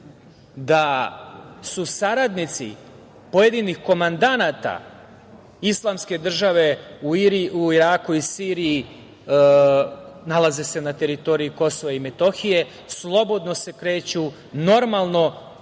da su saradnici pojedinih komandanata Islamske države u Iraku i Siriji, nalaze se na teritoriji KiM, slobodno se kreću, normalno